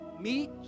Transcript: Meet